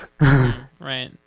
Right